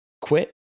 quit